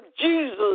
Jesus